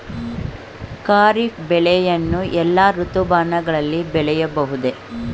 ಖಾರಿಫ್ ಬೆಳೆಯನ್ನು ಎಲ್ಲಾ ಋತುಮಾನಗಳಲ್ಲಿ ಬೆಳೆಯಬಹುದೇ?